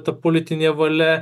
ta politinė valia